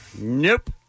Nope